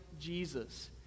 Jesus